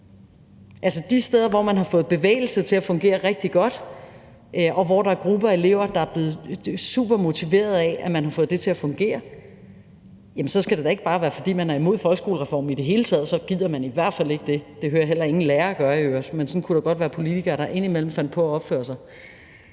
De steder, hvor man har fået bevægelse til at fungere rigtig godt, og hvor der er grupper af elever, der er blevet supermotiverede af, at man har fået det til at fungere, skal det da ikke være sådan, at bare fordi man er imod folkeskolereformen i det hele taget, så gider man i hvert fald ikke det. Det hører jeg heller ingen lærere sige i øvrigt, man sådan kunne der godt være politikere der ind imellem fandt på at opføre sig.